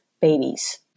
babies